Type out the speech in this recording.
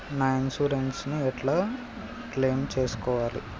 నా ఇన్సూరెన్స్ ని ఎట్ల క్లెయిమ్ చేస్కోవాలి?